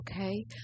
Okay